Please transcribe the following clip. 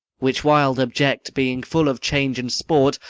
which wild object being full of change and sport,